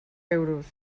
euros